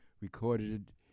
recorded